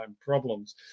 problems